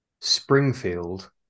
Springfield